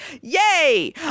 yay